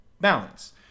balance